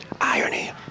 Irony